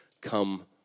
Come